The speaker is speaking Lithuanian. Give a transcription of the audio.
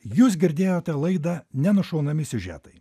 jūs girdėjote laidą nenušaunami siužetai